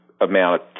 amount